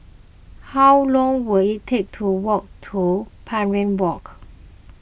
how long will it take to walk to Parry Walk